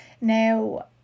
Now